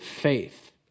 faith